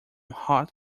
hot